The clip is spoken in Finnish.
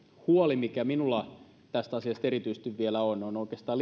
huoli mikä minulla tästä asiasta erityisesti vielä on liittyy oikeastaan